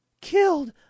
killed